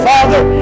Father